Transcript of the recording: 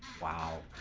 wow.